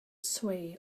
sway